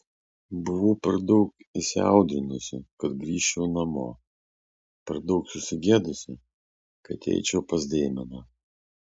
buvau per daug įsiaudrinusi kad grįžčiau namo per daug susigėdusi kad eičiau pas deimeną